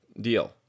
deal